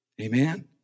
Amen